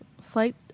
flight